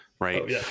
Right